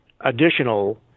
additional